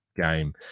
game